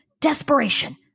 Desperation